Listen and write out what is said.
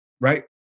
right